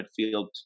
midfield